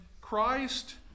Christ